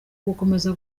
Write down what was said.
gukomeza